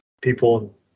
people